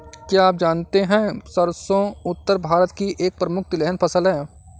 क्या आप जानते है सरसों उत्तर भारत की एक प्रमुख तिलहन फसल है?